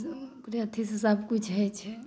हुनके अथीसे सभ कुछ होइ छै